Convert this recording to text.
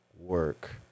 work